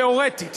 תיאורטית,